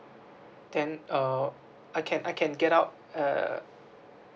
then uh I can I can get out err